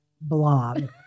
blob